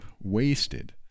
wasted